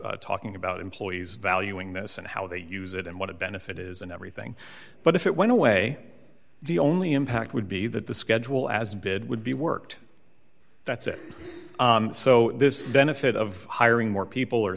talking about employees valuing this and how they use it and what a benefit is and everything but if it went away the only impact would be that the schedule as bid would be worked that's it so this benefit of hiring more people